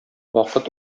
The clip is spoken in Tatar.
вакыт